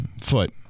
Foot